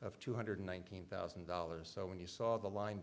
of two hundred thousand nine hundred thousand dollars so when you saw the line